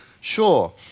Sure